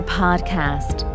podcast